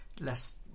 less